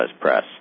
press